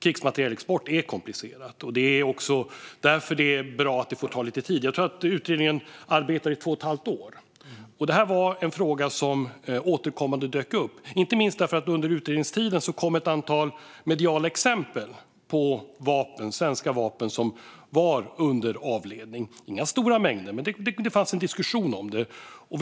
Krigsmaterielexport är komplicerat. Det är därför bra att det får ta lite tid. Jag tror att utredningen arbetade i två och ett halvt år. Där var detta en fråga som återkommande dök upp, inte minst därför att det under utredningstiden kom ett antal mediala exempel på svenska vapen som var under avledning. Det var inga stora mängder, men det fanns en diskussion om detta.